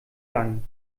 lang